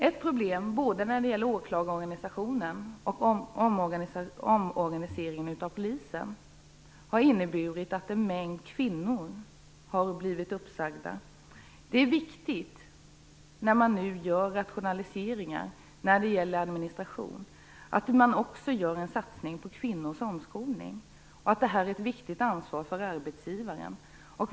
Ett problem med både åklagarorganisationen och omorganiseringen av polisen är att en mängd kvinnor har blivit uppsagda. Det är viktigt när man genomför rationaliseringar vad gäller administrationen att man också gör en satsning på kvinnors omskolning. Det här är ett viktigt ansvar för arbetsgivaren.